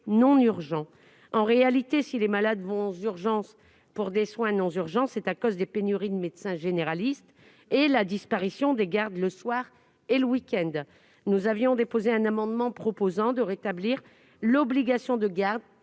non urgents. En réalité, si les malades consultent aux urgences, c'est en raison des pénuries de médecins généralistes et de la disparition des gardes le soir et le week-end. Nous avions déposé un amendement visant à rétablir l'obligation de garde